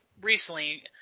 recently